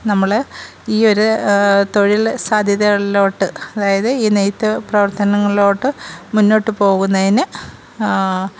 നമ്മൾ ഈ ഒരു തൊഴിൽ സാധ്യതകളിലോട്ട് അതായത് ഈ നെയ്ത്ത് പ്രവര്ത്തനങ്ങളിലോട്ട് മുന്നോട്ട് പോകുന്നതിന്